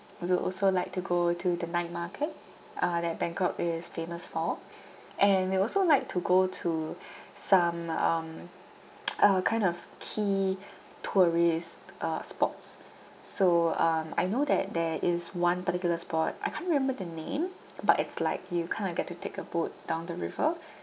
we'll also like to go to the night market uh that bangkok is famous for and we'll also like to go to some um uh kind of key tourist uh spots so um I know that there is one particular spot I can't remember the name but it's like you kind of get to take a boat down the river